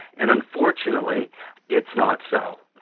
and unfortunately it's not so.